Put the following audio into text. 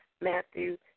Matthew